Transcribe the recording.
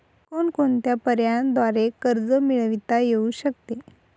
कोणकोणत्या पर्यायांद्वारे कर्ज मिळविता येऊ शकते?